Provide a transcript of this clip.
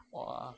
!wah!